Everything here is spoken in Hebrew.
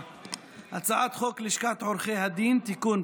הצעת חוק לשכת עורכי הדין (תיקון,